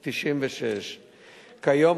התשנ"ו 1996. כיום,